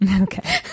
Okay